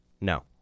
No